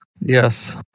Yes